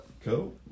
cool